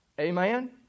Amen